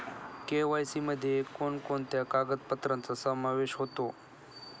KYC मध्ये कोणकोणत्या कागदपत्रांचा समावेश होतो?